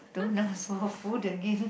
don't ask for food again